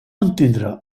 entendre